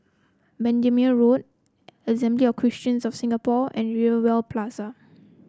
Bendemeer Road Assembly of Christians of Singapore and Rivervale Plaza